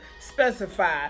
specify